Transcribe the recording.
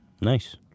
Nice